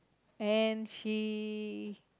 and she